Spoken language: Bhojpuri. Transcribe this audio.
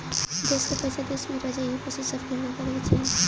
देस कअ पईसा देस में ही रह जाए इहे कोशिश सब केहू के करे के चाही